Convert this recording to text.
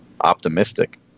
optimistic